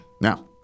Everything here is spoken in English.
Now